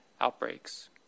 outbreaks